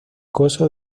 coso